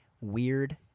weird